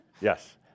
Yes